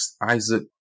Isaac